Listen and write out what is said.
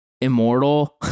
immortal